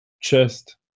Chest